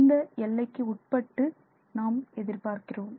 எந்த எல்லைக்கு உட்பட்டு நாம் எதிர்பார்க்கிறோம்